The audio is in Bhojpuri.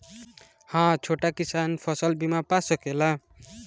हा छोटा किसान फसल बीमा पा सकेला?